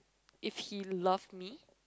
if he love me